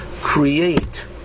create